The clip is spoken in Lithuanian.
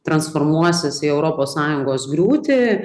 transformuosis į europos sąjungos griūtį